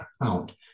account